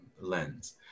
lens